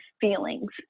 feelings